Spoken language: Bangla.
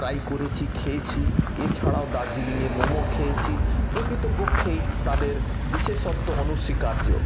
ট্রাই করেছি খেয়েছি এছাড়াও দার্জিলিংয়ের মোমো খেয়েছি প্রকৃতপক্ষেই তাদের বিশেষত্ব অনস্বীকার্য